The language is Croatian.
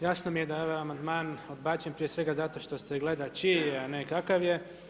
Jasno mi je da je ovaj amandman odbačen prije svega zato što se gleda čiji je, a ne kakav je.